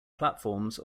platforms